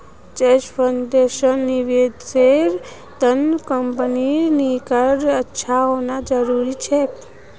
trust फंड्सेर निवेशेर त न कंपनीर रिकॉर्ड अच्छा होना जरूरी छोक